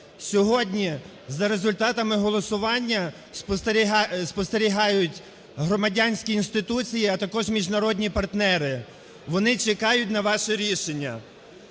Сьогодні за результатами голосування спостерігають громадянські інституції, а також міжнародні партнери, вони чекають на ваше рішення.